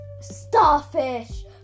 Starfish